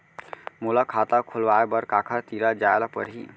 मोला खाता खोलवाय बर काखर तिरा जाय ल परही?